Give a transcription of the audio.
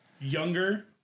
younger